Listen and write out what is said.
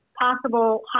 possible